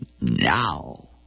now